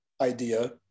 idea